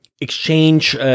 exchange